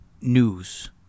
news